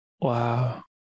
Wow